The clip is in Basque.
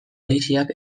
poliziak